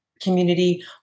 community